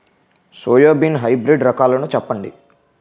Soybean hybrid రకాలను చెప్పండి?